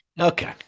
Okay